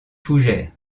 fougère